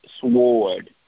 sword